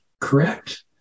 correct